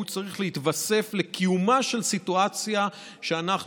והוא צריך להתווסף לקיומה של סיטואציה שאנחנו